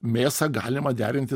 mėsą galima derinti